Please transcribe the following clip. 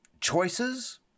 choices